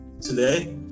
today